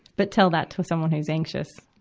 but tell that to someone who's anxious.